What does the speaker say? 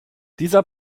dieser